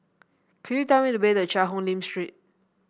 could you tell me the way to Cheang Hong Lim Street